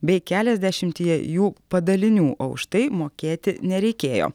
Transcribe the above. bei keliasdešimtyje jų padalinių o už tai mokėti nereikėjo